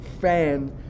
fan